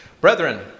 Brethren